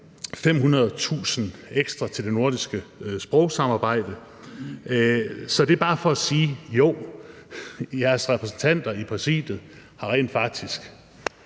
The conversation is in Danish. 500.000 ekstra til det nordiske sprogsamarbejde. Det er bare for at sige: Jo, jeres repræsentanter i præsidiet har rent faktisk